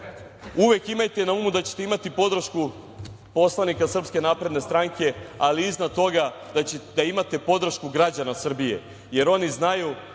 uvek imajte na umu da ćete imati podršku poslanika SNS, ali iznad toga da imate podršku građana Srbije jer oni znaju